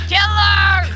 Killer